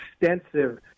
extensive